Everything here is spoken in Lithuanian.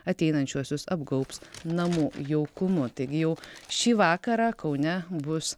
ateinančiuosius apgaubs namų jaukumu taigi jau šį vakarą kaune bus